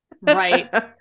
Right